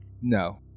No